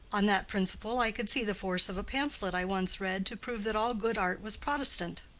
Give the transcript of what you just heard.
on that principle i could see the force of a pamphlet i once read to prove that all good art was protestant.